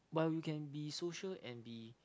while you can be social and be